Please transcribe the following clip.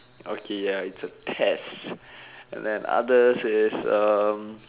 okay ya it's a test and then others is um